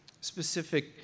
specific